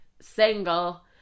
single